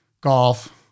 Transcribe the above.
golf